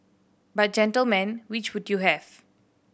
but gentlemen which would you have